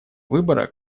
выбора